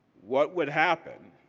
what would happen,